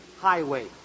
highway